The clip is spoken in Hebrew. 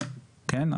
כן?